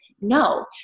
no